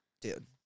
Dude